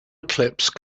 eclipse